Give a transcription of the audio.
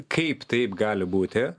kaip taip gali būti